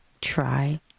Try